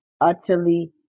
utterly